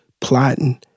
plotting